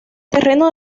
terreno